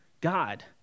God